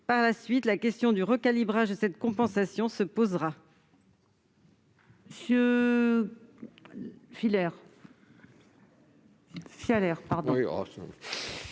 Par la suite, la question du recalibrage de cette compensation se posera.